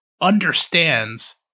understands